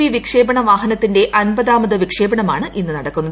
V വിക്ഷേപണ വാഹനത്തിന്റെ അൻപതാമത് വിക്ഷേപണമാണ് ഇന്ന് നടക്കുന്നത്